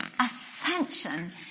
ascension